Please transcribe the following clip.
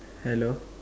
hello